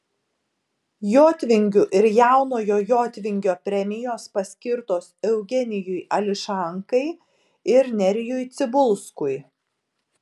jotvingių ir jaunojo jotvingio premijos paskirtos eugenijui ališankai ir nerijui cibulskui